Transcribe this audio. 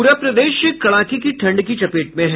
पूरा प्रदेश कड़ाके की ठंड की चपेट में हैं